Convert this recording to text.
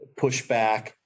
pushback